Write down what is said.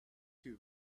too